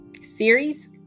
series